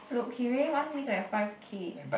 look he really want me to have five kids